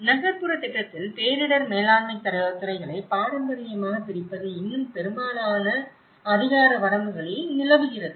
நகர்ப்புறத் திட்டத்தில் பேரிடர் மேலாண்மைத் துறைகளை பாரம்பரியமாகப் பிரிப்பது இன்னும் பெரும்பாலான அதிகார வரம்புகளில் நிலவுகிறது